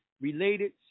Related